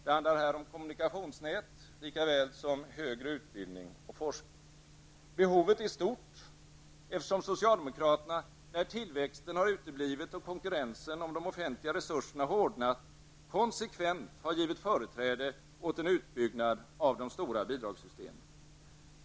Det handlar här om kommunikationsnät lika väl som om högre utbildning och forskning. Behovet är stort, eftersom socialdemokraterna, när tillväxten har uteblivit och konkurrensen om de offentliga resurserna har hårdnat, konsekvent har givit företräde åt en utbyggnad av de stora bidragssystemen.